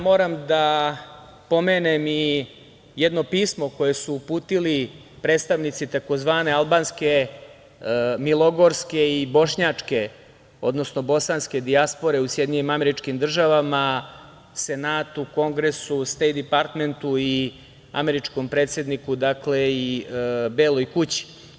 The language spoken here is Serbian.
Moram da pomenem i jedno pismo koje su uputili predstavnici tzv. albanske, milogorske i bošnjačke, odnosno bosanske dijaspore u SAD, senatu, kongresu, Stejt departmentu, američkom predsedniku i „Beloj kući“